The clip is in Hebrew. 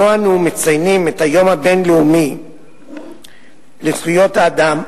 שבו אנו מציינים את היום הבין-לאומי לזכויות האדם,